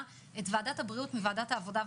את ועדת הבריאות מוועדת העבודה והרווחה,